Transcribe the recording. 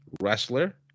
wrestler